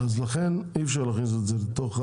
אז לכן אי אפשר להכניס את זה לתוך.